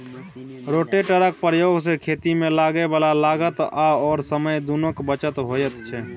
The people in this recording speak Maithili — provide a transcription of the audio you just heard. रोटेटरक प्रयोग सँ खेतीमे लागय बला लागत आओर समय दुनूक बचत होइत छै